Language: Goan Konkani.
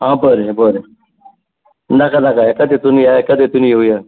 आं बरें बरें नाका नाका एकाच हेतून या एकाच हेतून येवया